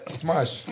smash